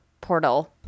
Portal